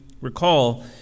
recall